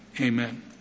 amen